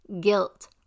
guilt